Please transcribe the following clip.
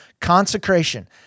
Consecration